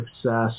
success